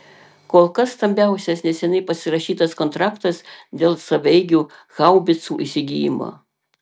kol kas stambiausias neseniai pasirašytas kontraktas dėl savaeigių haubicų įsigijimo